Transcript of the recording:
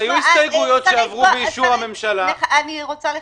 --- אני רוצה לחדד.